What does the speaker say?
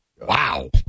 Wow